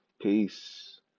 peace